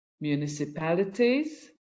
municipalities